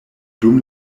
dum